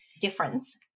difference